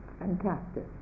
fantastic